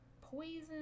poison